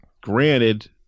granted